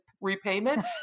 repayment